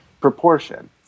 proportion